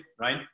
right